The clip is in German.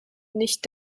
nicht